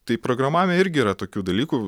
tai programavime irgi yra tokių dalykų